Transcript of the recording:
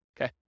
Okay